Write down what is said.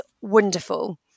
wonderful